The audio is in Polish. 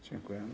Dziękuję.